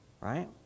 right